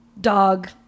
dog